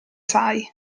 sai